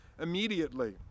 immediately